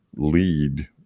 lead